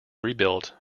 rebuilt